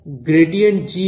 ∇g কি